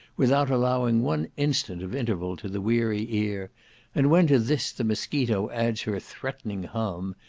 without allowing one instant of interval to the weary ear and when to this the mosquito adds her threatening hum,